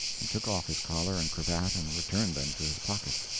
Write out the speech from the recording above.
and took off his collar and cravat and returned them to his pocket.